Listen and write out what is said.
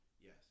Yes